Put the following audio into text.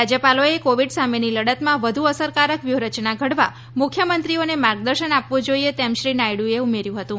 રાજ્યપાલોએ Covid સામેની લડતમાં વધુ અસરકારક વ્યૂહરચના ધડવા મુખ્યમંત્રીઓને માર્ગદર્શન આપવું જોઈએ તેમ શ્રી નાયડૂએ ઉમેર્થું હતું